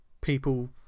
people